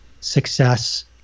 success